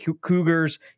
Cougars